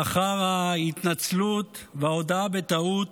לאחר ההתנצלות וההודאה בטעות,